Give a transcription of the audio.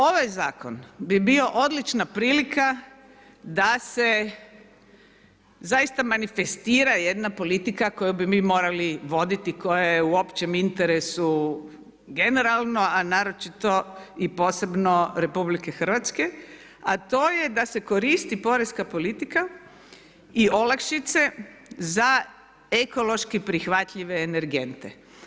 Ovaj zakon bi bio odlična prilika da se zaista manifestira jedna politika koju bi mi morali voditi, koja je u općem interesu generalno, a naročito i posebno Republike Hrvatske, a to je da se koristi poreska politika i olakšice za ekološki prihvatljive energente.